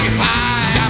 high